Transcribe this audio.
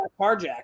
carjacked